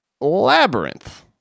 Labyrinth